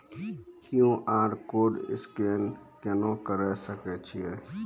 QR code scan केना करै सकय छियै?